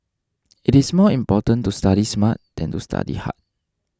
it is more important to study smart than to study hard